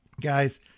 Guys